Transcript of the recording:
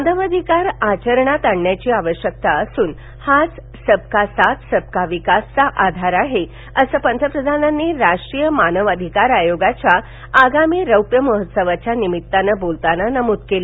मानव अधिकार आचरणात आणण्याची आवश्यकता असून हाच सबका साथ सबका विकासचा आधार आहे असं पंतप्रधानांनी राष्ट्रीय मानव अधिकार आयोगाच्या आगामी रौप्य महोत्सवाच्या निमित्तानं बोलताना नमूद केलं